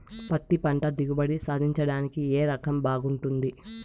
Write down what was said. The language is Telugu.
పత్తి పంట దిగుబడి సాధించడానికి ఏ రకం బాగుంటుంది?